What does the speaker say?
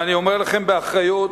ואני אומר לכם באחריות: